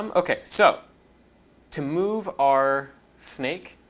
um ok. so to move our snake,